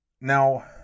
Now